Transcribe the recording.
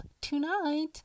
tonight